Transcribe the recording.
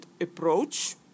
approach